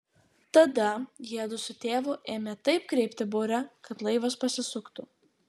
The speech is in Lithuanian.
tada jiedu su tėvu ėmė taip kreipti burę kad laivas pasisuktų